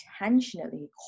intentionally